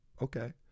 okay